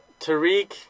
Tariq